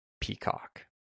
Peacock